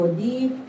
deep